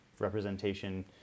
representation